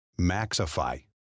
Maxify